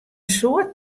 soad